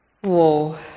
Whoa